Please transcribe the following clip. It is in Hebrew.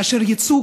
כאשר יצאו,